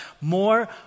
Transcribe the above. more